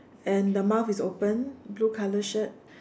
and the mouth is open blue color shirt